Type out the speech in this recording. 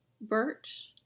birch